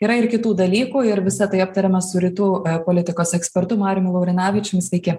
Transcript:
yra ir kitų dalykų ir visa tai aptarėme su rytų politikos ekspertu mariumi laurinavičium sveiki